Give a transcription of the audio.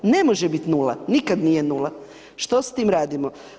Ne može biti nula, nikad nije nula, što s tim radimo?